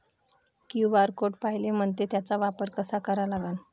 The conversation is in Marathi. क्यू.आर कोड कायले म्हनते, त्याचा वापर कसा करा लागन?